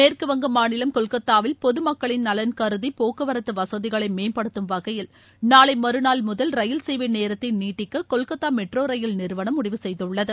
மேற்குவங்க மாநிலம் கொல்கத்தாவில் பொதுமக்களின் நலன் கருதி போக்குவரத்து வசதிகளை மேம்படுத்தும் வகையில் நாளை மறுநாள் முதல் ரயில் சேவை நேரத்தை நீட்டிக்க கொல்கத்தா மெட்ரோ ரயில் நிறுவனம் முடிவு செய்துள்ளது